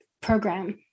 program